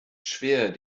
schwer